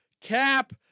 Cap